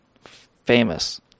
famous